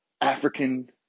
African